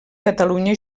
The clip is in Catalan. catalunya